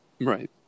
Right